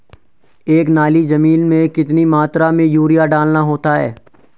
एक नाली जमीन में कितनी मात्रा में यूरिया डालना होता है?